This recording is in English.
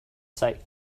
site